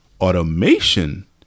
Automation